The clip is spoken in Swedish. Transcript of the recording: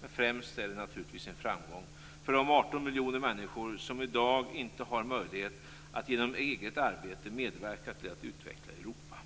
Men främst är det naturligtvis en framgång för de 18 miljoner människor som i dag inte har möjlighet att genom eget arbete medverka till att utveckla Europa.